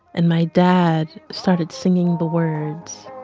and my dad started singing the words